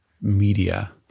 media